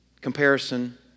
comparison